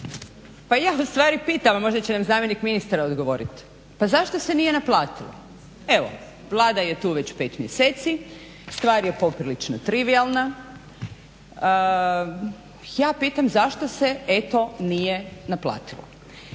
Pa ja ustvari pitam, možda će nam zamjenik ministra odgovorit, pa zašto se nije naplatilo? Evo Vlada je tu već 5 mjeseci, stvar je poprilično trivijalna. Ja pitam zašto se eto nije naplatilo?